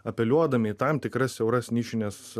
apeliuodami į tam tikras siauras nišines